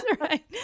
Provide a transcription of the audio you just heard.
right